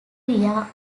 area